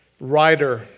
writer